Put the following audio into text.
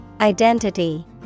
Identity